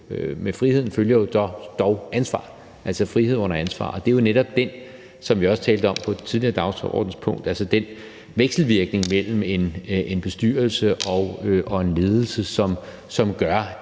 med frihed følger jo dog ansvar, altså frihed under ansvar, og det er netop det – som vi også talte om under et tidligere dagsordenspunkt – altså den vekselvirkning mellem en bestyrelse og en ledelse, som gør,